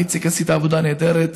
איציק, עשית עבודה נהדרת.